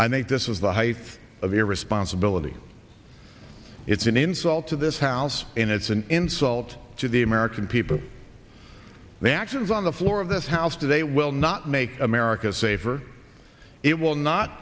i think this is the height of irresponsibility it's an insult to this house and it's an insult to the american people the actions on the floor of this house today will not make america safer it will not